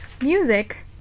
Music